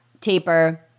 taper